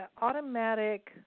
automatic